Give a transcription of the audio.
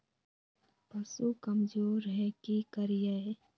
पशु कमज़ोर है कि करिये?